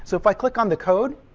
so if i click on the code,